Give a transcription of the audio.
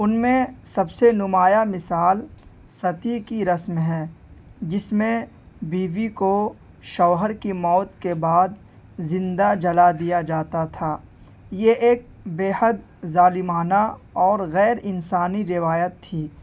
ان میں سب سے نمایاں مثال ستی کی رسم ہے جس میں بیوی کو شوہر کی موت کے بعد زندہ جلا دیا جاتا تھا یہ ایک بےحد ظالمانہ اور غیر انسانی روایت تھی